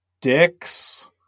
dicks